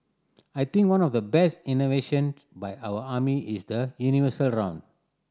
I think one of the best inventions by our army is the universal round